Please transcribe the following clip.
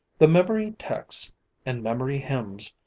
the memory texts and memory hymns,